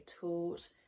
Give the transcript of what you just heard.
taught